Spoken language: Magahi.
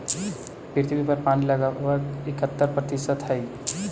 पृथ्वी पर पानी लगभग इकहत्तर प्रतिशत हई